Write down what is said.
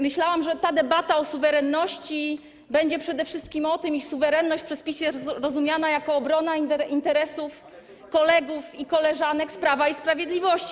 Myślałam, że ta debata o suwerenności będzie przede wszystkim o tym, iż suwerenność przez PiS jest rozumiana jako obrona interesów kolegów i koleżanek z Prawa i Sprawiedliwości.